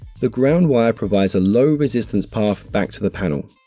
the ground wire provides a low resistance path back to the panel.